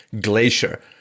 glacier